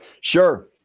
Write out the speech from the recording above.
Sure